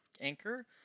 Anchor